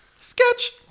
Sketch